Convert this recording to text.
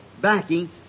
backing